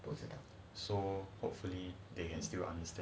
不知道 so hopefully they can still understand